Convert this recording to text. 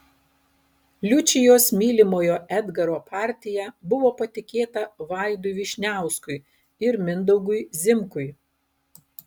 liučijos mylimojo edgaro partija buvo patikėta vaidui vyšniauskui ir mindaugui zimkui